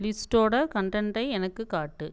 லிஸ்ட்டோட கன்டென்ட்டை எனக்கு காட்டு